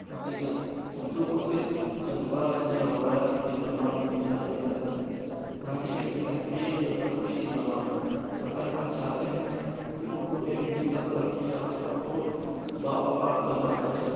نتیجہ اردو کو صرف جذبات یا روایات کی زبان سمجھا جانے لگا ہے نہ کہ علم تحقیق یا ترقی کی زبان اگر ہم چاہتے ہیں کہ اردو ایک زندہ ترقی یافتہ اور باوقار زبان بنے